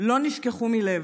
לא נשכחו מלב.